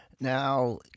now